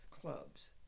clubs